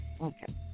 Okay